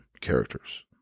characters